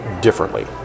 differently